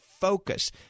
Focus